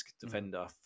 defender